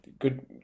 good